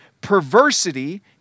perversity